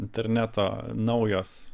interneto naujos